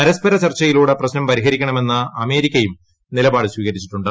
പരസ്പര ചർച്ചയിലൂടെ പ്പശ്ന്ം പരിഹരിക്കണമെന്ന്അമേരിക്കയും നിലപാട്സ്വീകരിച്ചിട്ടുണ്ട്